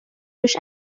روش